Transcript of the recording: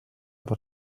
per